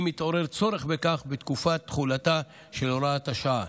אם יתעורר צורך בכך בתקופת תחולתה של הוראת השעה.